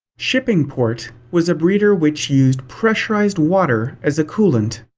shippingport was a breeder which used pressurized water as a coolant.